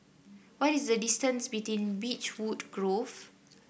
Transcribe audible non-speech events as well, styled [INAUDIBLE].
what is the distance [UNINTELLIGIBLE] Beechwood Grove